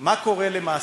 מה קורה למעסיק,